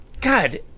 God